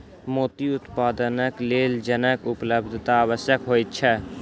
मोती उत्पादनक लेल जलक उपलब्धता आवश्यक होइत छै